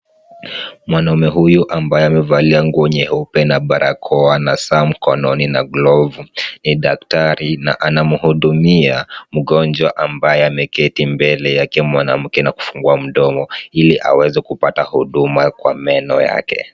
Mwanaume huyu ambaye amevalia nguo nyeupe na barakoa na saa mkononi na glovu ni daktari na anamhudumia mgonjwa ambaye ameketi mbele yake mwanamke na kufungua mdomo ili aweze kupata huduma kwa meno yake.